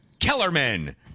Kellerman